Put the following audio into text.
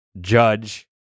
Judge